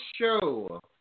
show